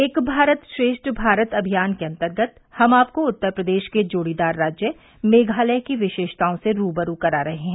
एक भारत श्रेष्ठ भारत अभियान के अंतर्गत हम आपको उत्तर प्रदेश के जोड़ीदार राज्य मेघालय की विशेषताओं से रूबरू करा रहे हैं